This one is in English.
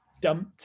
dumped